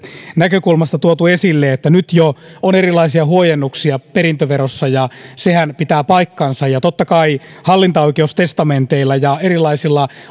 näkökulmasta tuotu esille että nyt jo on erilaisia huojennuksia perintöverossa ja sehän pitää paikkansa totta kai hallintaoikeustestamenteilla ja erilaisilla